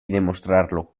demostrarlo